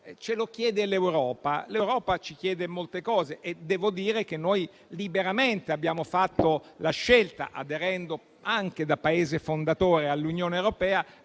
"ce lo chiede l'Europa", ma l'Europa ci chiede molte cose e devo dire che noi liberamente abbiamo fatto, aderendo anche da Paese fondatore all'Unione europea,